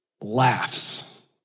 laughs